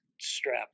strap